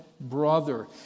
brother